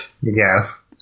Yes